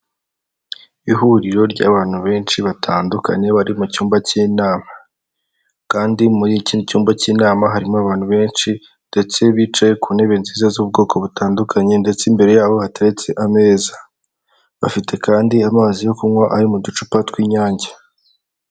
Ihuriro ry'abantu benshi batandukanye bari mu cyumba cy'inama, kandi muri iki cyumba cy'inama harimo abantu benshi ndetse bicaye ku ntebe nziza z'ubwoko butandukanye, ndetse imbere yabo hateretse ameza, bafite kandi amazi yo kunywa ari mu ducupa tw'Inyange.